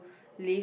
leave